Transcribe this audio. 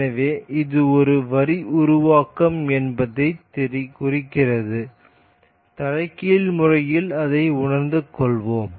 எனவே இது ஒரு வரி உருவாக்கம் என்பதைக் குறிக்கிறது தலைகீழ் முறையில் அதை உணர்ந்து கொள்வோம்